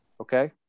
okay